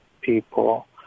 people